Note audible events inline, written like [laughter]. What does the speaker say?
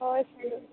[unintelligible]